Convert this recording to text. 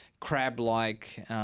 crab-like